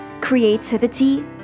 creativity